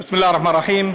בסם אללה א-רחמאן א-רחים,